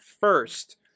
first